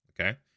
Okay